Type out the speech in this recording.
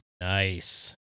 Nice